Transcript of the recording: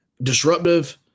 disruptive